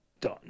done